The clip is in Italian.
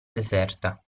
deserta